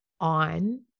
on